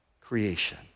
creation